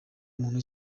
muntu